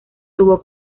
tuvo